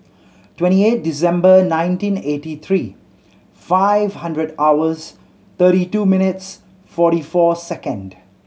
twenty eight December nineteen eighty three five hundred hours thirty two minutes forty four second